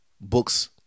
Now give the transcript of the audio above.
books